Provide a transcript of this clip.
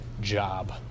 job